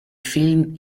film